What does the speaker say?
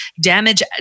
damage